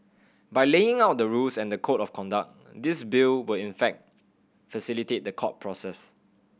by laying out the rules and the code of conduct this Bill will in fact facilitate the court process